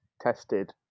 tested